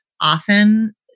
often